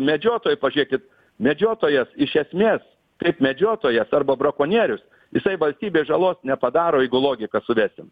medžiotojų pažiūrėkit medžiotojas iš esmės kaip medžiotojas arba brakonierius jisai valstybei žalos nepadaro jeigu logiką suvesim